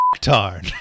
Tarn